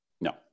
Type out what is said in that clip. No